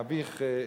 אביך,